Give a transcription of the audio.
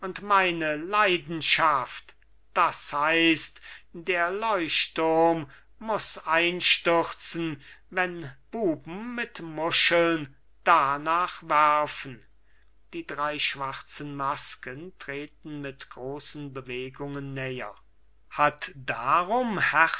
meine leidenschaft das heißt der leuchtturm muß einstürzen wenn buben mit muscheln darnach werfen die drei schwarzen masken treten mit großen bewegungen näher hat darum